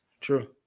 True